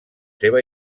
seva